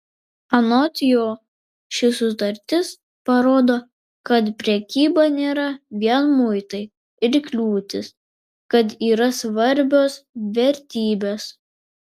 anot jo ši sutartis parodo kad prekyba nėra vien muitai ir kliūtys kad yra svarbios vertybės